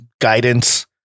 guidance